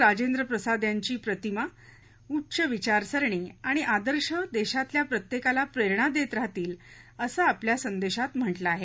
राजेंद्र प्रसाद यांची प्रतिमा साधी राहणी उच्च विचारसरणी आणि आदर्श देशातल्या प्रत्येकाला प्रेरणा देत राहतील असं आपल्या संदेशात म्हटलं आहे